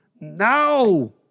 now